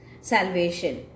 salvation